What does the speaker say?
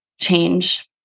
change